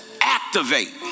activate